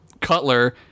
Cutler